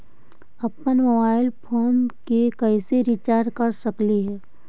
अप्पन mobile phone के कैसे रिचार्ज कर सकली हे?